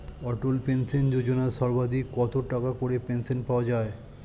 অটল pension Yojana সর্বাধিক কত টাকা করে পেনশন পাওয়া যায়?